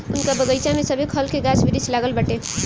उनका बगइचा में सभे खल के गाछ वृक्ष लागल बाटे